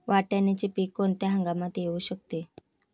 वाटाण्याचे पीक कोणत्या हंगामात येऊ शकते?